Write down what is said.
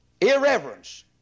irreverence